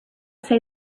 say